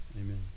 amen